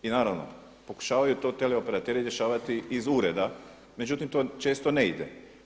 I naravno pokušavaju to teleoperateri rješavati iz ureda međutim to često ne ide.